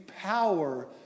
power